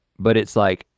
but it's like,